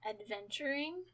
adventuring